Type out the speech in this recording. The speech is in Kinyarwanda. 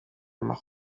maroc